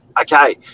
Okay